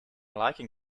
liking